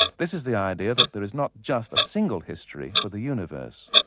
this is the idea that there is not just a single history for the universe.